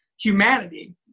humanity